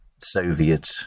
Soviet